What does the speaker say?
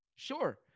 Sure